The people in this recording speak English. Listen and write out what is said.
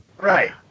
Right